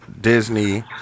Disney